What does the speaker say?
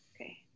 okay